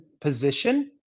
position